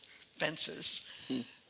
fences